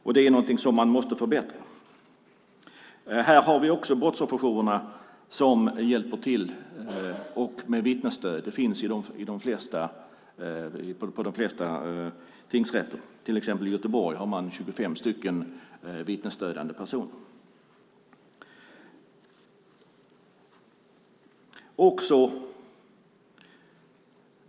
Det är någonting som måste förbättras. Här hjälper brottsofferjourerna också till med vittnesstöd. Det finns i de flesta tingsrätter. I Göteborg har man till exempel 25 vittnesstödjande personer.